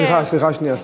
סליחה, סליחה שנייה.